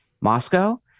moscow